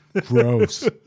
gross